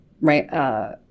right